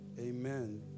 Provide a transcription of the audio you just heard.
Amen